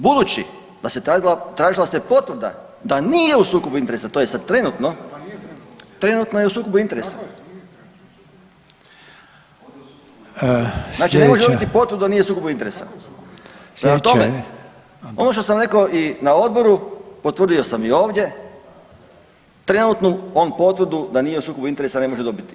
Budući da se tražila se potvrda da nije u sukobu interesa, to je sad trenutno, … [[Upadica sa strane, ne razumije se.]] trenutno je u sukobu interesa, znači ne može dobit potvrdu da nije u sukobu interesa [[Upadica Reiner: Slijedeća…]] Prema tome, ono što sam rekao i na odboru, potvrdio sam i ovdje, trenutnu on potvrdu da nije u sukobu interesa ne može dobit.